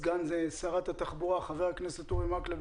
סגן שרת התחבורה חבר הכנסת אורי מקלב.